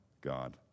God